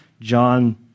John